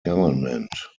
government